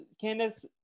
Candace